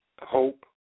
hope